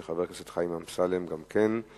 שהאחראים עליהן הצהירו על תוכניות ההתיישבות בכפר.